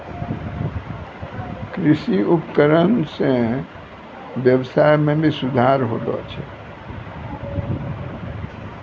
कृषि उपकरण सें ब्यबसाय में भी सुधार होलो छै